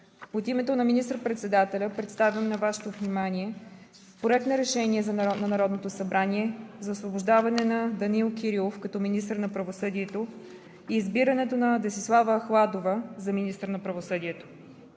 от името на министър-председателя представям на Вашето внимание Проект на решение на Народното събрание за освобождаването на Данаил Кирилов като министър на правосъдието и избирането на Десислава Ахладова за министър на правосъдието.